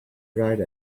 ride